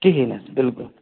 کِہیٖنۍ حظ بِلکُل